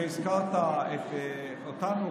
כשהזכרת אותנו,